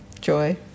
joy